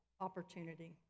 opportunity